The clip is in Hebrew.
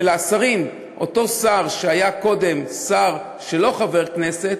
אותו שר שהיה קודם שר ולא חבר כנסת,